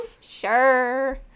Sure